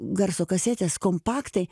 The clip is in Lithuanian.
garso kasetės kompaktai